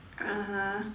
(uh huh)